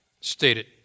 stated